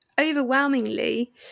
overwhelmingly